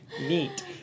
Neat